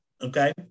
Okay